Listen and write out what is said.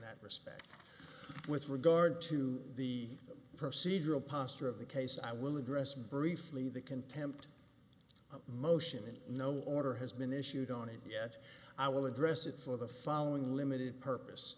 that respect with regard to the procedural posture of the case i will address briefly the contempt motion and no order has been issued on it yet i will address it for the following limited purpose